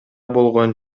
болгон